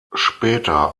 später